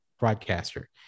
Broadcaster